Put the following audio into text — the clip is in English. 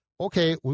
okay